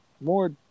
more